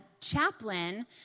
chaplain